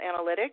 Analytics